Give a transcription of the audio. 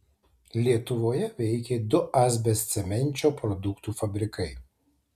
lietuvoje veikė du asbestcemenčio produktų fabrikai